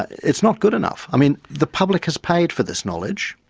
it's not good enough. i mean the public has paid for this knowledge.